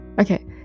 okay